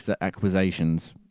acquisitions